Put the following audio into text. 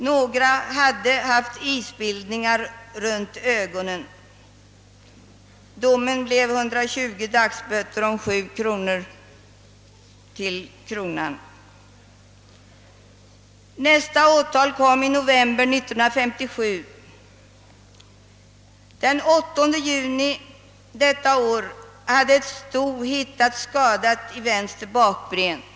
Några hade haft isbildningar runt ögonen. — Domen blev 120 dagsböter å 7 kronor. Nästa åtal kom i november 1957. Den 8 juni detta år hade ett sto hittats skadat i vänster bakben.